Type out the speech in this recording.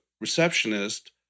receptionist